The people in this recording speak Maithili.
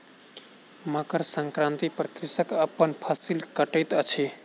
मकर संक्रांति पर कृषक अपन फसिल कटैत अछि